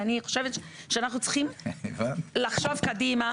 ואני חושבת שאנחנו צריכים לחשוב קדימה.